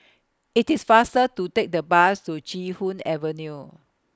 IT IS faster to Take The Bus to Chee Hoon Avenue